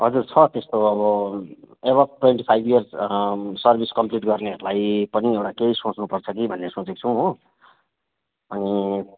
हजुर छ त्यस्तो अब above twenty five years service complete गर्नेहरूलाई पनि एउटा केही सोच्नुपर्छ कि भन्ने सोचेको छौँ हो अनि